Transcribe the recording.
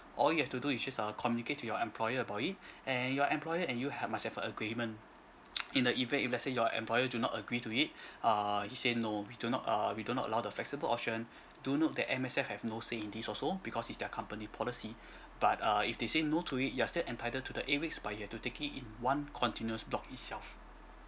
all you have to do is just uh communicate to your employer about it and your employer and you have must have a agreement in the event if let's say your employer do not agree to it err he say no we do not err we do not allow the flexible option do note that M_S_F have no say in this also because it's their company policy but err if they say no to it you are still entitled to the eight weeks but you have to take it in one continuous block itself